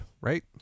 right